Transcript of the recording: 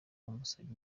musabye